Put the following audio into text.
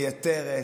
מייתרת,